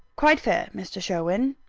quite fair, mr. sherwin.